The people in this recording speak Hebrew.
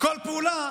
כל פעולה